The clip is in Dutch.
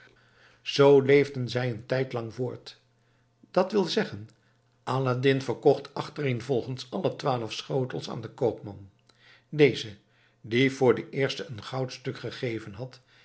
zoo leefden zij een tijd lang voort d w z aladdin verkocht achtereenvolgens alle twaalf schotels aan den koopman deze die voor den eersten een goudstuk gegeven had